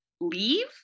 leave